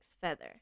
feather